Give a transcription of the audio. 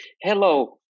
Hello